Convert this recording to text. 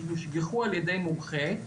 שיושגחו על ידי מומחה,